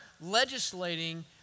legislating